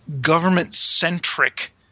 government-centric